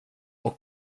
och